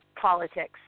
politics